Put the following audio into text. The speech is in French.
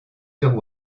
sur